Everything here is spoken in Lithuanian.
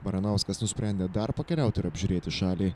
baranauskas nusprendė dar pakeliauti ir apžiūrėti šalį